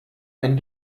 ein